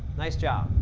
nice job.